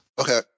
Okay